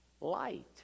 Light